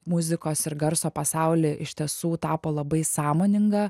muzikos ir garso pasauly iš tiesų tapo labai sąmoninga